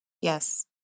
Yes